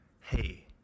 hey